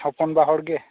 ᱦᱚᱯᱚᱱᱵᱟ ᱦᱚᱲ ᱜᱮ